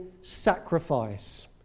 sacrifice